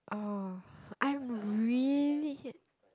oh I'm really